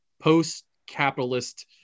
post-capitalist